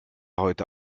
heute